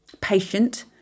patient